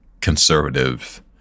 conservative